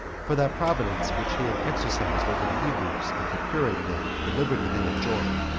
for that providence which he had exercised over the hebrews in procuring them the liberty they enjoyed.